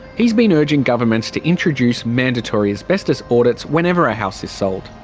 he's been urging governments to introduce mandatory asbestos audits whenever a house is sold.